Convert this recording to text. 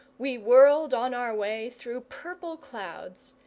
we whirled on our way through purple clouds,